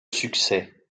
succès